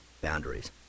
boundaries